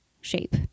shape